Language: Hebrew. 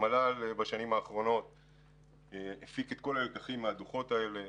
בשנים האחרונות המל"ל הפיק את כל הלקחים מהדוחות האלה.